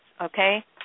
okay